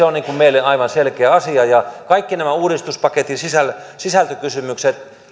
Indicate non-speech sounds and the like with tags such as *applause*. *unintelligible* on meille aivan selkeä asia kaikki nämä uudistuspaketin sisältökysymykset